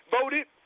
voted